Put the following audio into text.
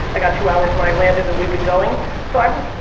i got two hours when i landed and we've been going so i haven't,